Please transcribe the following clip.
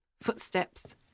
Footsteps